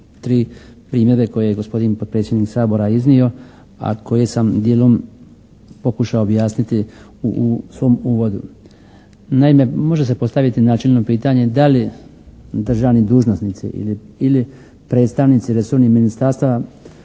tri primjedbe koje je gospodin potpredsjednik Sabora iznio, a koje sam dijelom pokušao objasniti u svom uvodu. Naime, može se postaviti načelno pitanje da li državni dužnosnici ili predstavnici resornih ministarstava